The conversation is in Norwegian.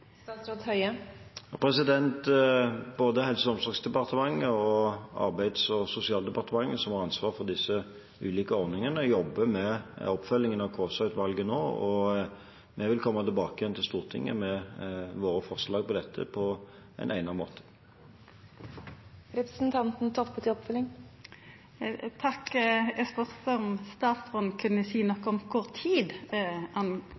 Både Helse- og omsorgsdepartementet og Arbeids- og sosialdepartementet, som har ansvaret for disse ulike ordningene, jobber med oppfølgingen av Kaasa-utvalget nå, og vi vil komme tilbake igjen til Stortinget med våre forslag til dette på en egnet måte. Eg spurde om statsråden kunne seia noko om